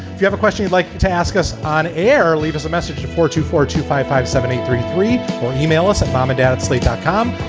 if you have a question you'd like to ask us on air or leave us a message for two four two five five seven eight three three or email us at bombed-out at slate dot com.